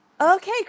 Okay